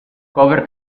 cover